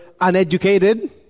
uneducated